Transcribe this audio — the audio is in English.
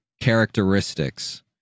characteristics